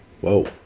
Whoa